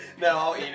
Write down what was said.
No